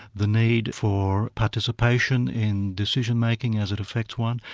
the need for participation in decision-making as it affects one,